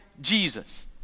Jesus